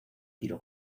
tiro